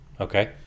Okay